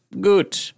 Good